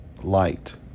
Light